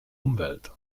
umwelt